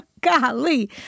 Golly